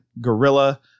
gorilla